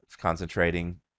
concentrating